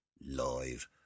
Live